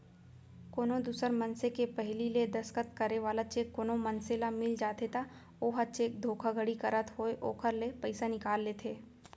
कोनो दूसर मनसे के पहिली ले दस्खत करे वाला चेक कोनो मनसे ल मिल जाथे त ओहा चेक धोखाघड़ी करत होय ओखर ले पइसा निकाल लेथे